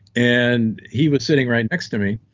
and he was sitting right next to me,